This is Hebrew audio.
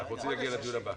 אנחנו רוצים להגיע לדיון הבא.